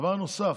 דבר נוסף,